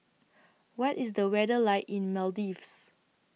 What IS The weather like in Maldives